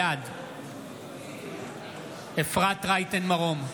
בעד אפרת רייטן מרום,